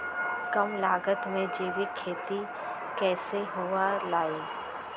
कम लागत में जैविक खेती कैसे हुआ लाई?